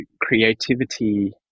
creativity